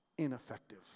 ineffective